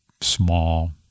small